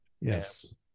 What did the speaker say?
Yes